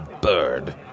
bird